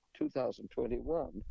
2021